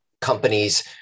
companies